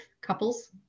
couples